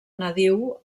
nadiu